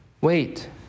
Wait